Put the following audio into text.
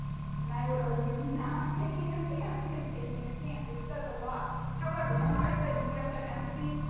and, i would argue, not taking a stance is taking a stance. it says a lot. however, remember how i said you you have to have empathy?